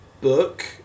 book